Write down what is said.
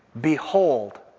Behold